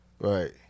Right